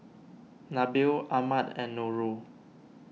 Nabil Ahmad and Nurul